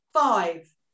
five